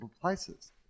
places